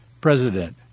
president